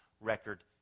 record